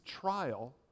trial